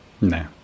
No